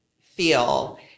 feel